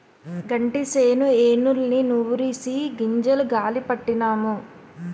గంటిసేను ఎన్నుల్ని నూరిసి గింజలు గాలీ పట్టినాము